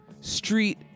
street